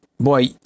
boy